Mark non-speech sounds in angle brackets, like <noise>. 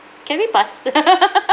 can we pass <laughs>